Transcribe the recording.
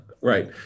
Right